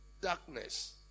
darkness